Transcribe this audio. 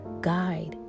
guide